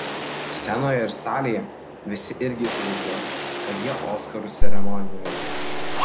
scenoje ir salėje visi irgi įsivaizduos kad jie oskarų ceremonijoje